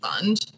Fund